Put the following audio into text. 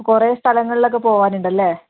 കുറേ സ്ഥലങ്ങളിലൊക്കെ പോവാനുണ്ടല്ലേ